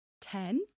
ten